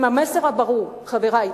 עם המסר הברור: חברי,